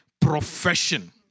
profession